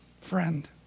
Friend